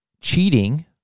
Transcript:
Cheating